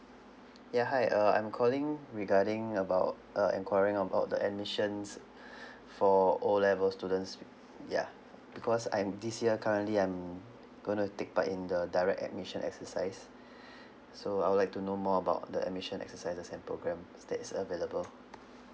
ya hi uh I'm calling regarding about uh inquiring about the admissions for O level students uh ya because I'm this year currently I'm gonna take part in the direct admission exercise so I would like to know more about the admission exercises and programs that's available